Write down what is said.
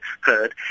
heard